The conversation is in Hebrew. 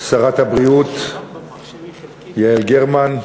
שרת הבריאות יעל גרמן,